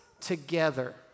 together